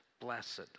blessed